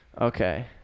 Okay